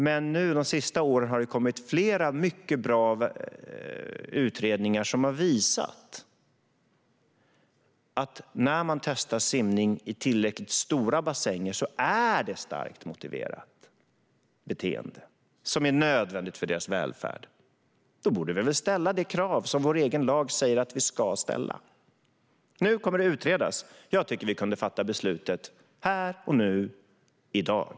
De senaste åren har det kommit flera mycket bra utredningar som har visat att när man testar simning i tillräckligt stora bassänger är det ett starkt motiverat beteende som är nödvändigt för deras välfärd. Då borde vi väl ställa det krav som vår egen lag säger att vi ska ställa. Nu kommer det att utredas. Jag tycker att vi kunde fatta beslutat här och nu i dag.